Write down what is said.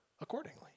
accordingly